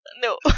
No